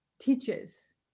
teaches